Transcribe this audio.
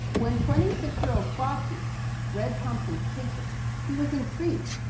when twenty six year old clausius read thomson's papers, he was intrigued.